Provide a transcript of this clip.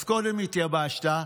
אז קודם התייבשת,